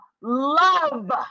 love